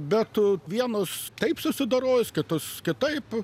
bet vienus taip susidorojus kitus kitaip